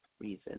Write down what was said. reason